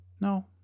No